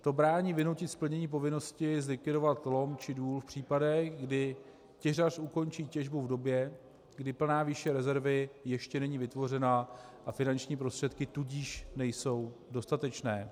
To brání vynutit splnění povinnosti zlikvidovat lom či důl v případech, kdy těžař ukončí těžbu v době, kdy plná výše rezervy ještě není vytvořena, a finanční prostředky tudíž nejsou dostatečné.